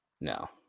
No